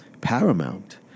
paramount